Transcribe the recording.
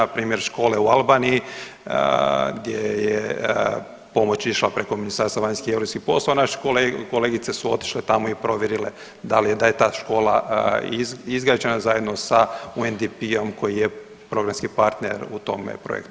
Primjer škole u Albaniji gdje je pomoć išla preko Ministarstva vanjskih i europskih poslova, naše kolegice su otišle tamo i provjerile da li je, da je ta škola izgrađena zajedno sa UNDP-om koji je programski partner u tome projektu.